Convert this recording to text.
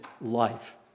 life